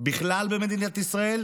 בכלל במדינת ישראל,